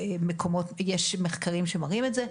אז יש מחקרים שמראים את זה.